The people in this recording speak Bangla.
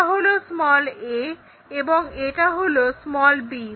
এটা হলো a এবং এটা হলো b